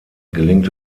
gelingt